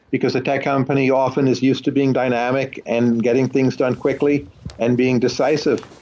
because the tech company often is used to being dynamic and getting things done quickly and being decisive.